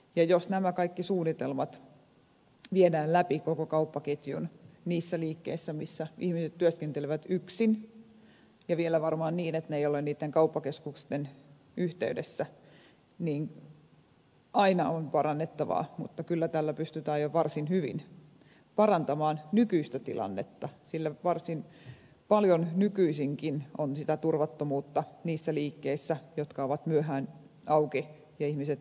jos nämä kaikki suunnitelmat viedään läpi koko kauppaketjun niissä liikkeissä missä ihmiset työskentelevät yksin ja vielä varmaan niin että ne eivät ole niiden kauppaketjujen yhteydessä niin aina on parannettavaa mutta kyllä tällä jo pystytään varsin hyvin parantamaan nykyistä tilannetta sillä varsin paljon nykyisinkin on sitä turvattomuutta niissä liikkeissä jotka ovat myöhään auki ja joissa ihmiset työskentelevät yksin